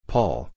Paul